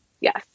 Yes